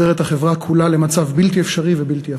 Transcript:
את החברה כולה למצב בלתי אפשרי ובלתי הפיך.